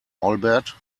albert